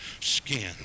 skin